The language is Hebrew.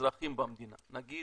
האזרחים במדינה, נגיע